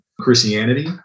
Christianity